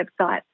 website